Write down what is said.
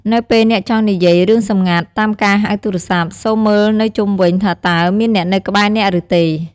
នៅពេលអ្នកចង់និយាយារឿងសម្ងាត់តាមការហៅទូរស័ព្ទ សូមមើលនៅជុំវិញថាតើមានអ្នកនៅក្បែរអ្នកឬទេ។